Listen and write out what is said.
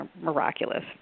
miraculous